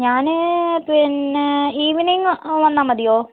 ഞാൻ പിന്നെ ഈവനിംഗ് വന്നാൽ മതിയോ